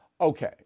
Okay